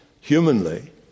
humanly